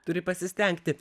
turi pasistengti